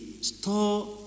store